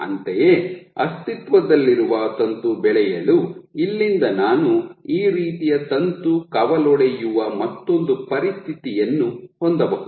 ಅಂತೆಯೇ ಅಸ್ತಿತ್ವದಲ್ಲಿರುವ ತಂತು ಬೆಳೆಯಲು ಇಲ್ಲಿಂದ ನಾನು ಈ ರೀತಿಯ ತಂತು ಕವಲೊಡೆಯುವ ಮತ್ತೊಂದು ಪರಿಸ್ಥಿತಿಯನ್ನು ಹೊಂದಬಹುದು